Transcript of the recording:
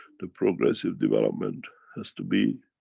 the progressive development has to be,